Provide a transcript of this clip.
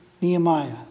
Nehemiah